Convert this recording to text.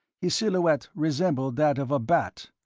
his silhouette resembled that of a bat.